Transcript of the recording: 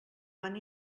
van